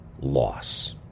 Loss